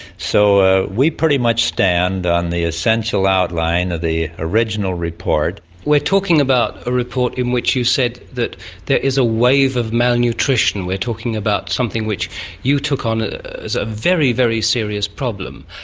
so we pretty much stand on the essential outline of the original report. we're talking about a report in which you said that there is a wave of malnutrition. we're talking about something which you took on as a very, very serious problem.